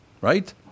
Right